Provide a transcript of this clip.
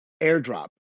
Airdrop